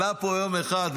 עלה לפה יום אחד,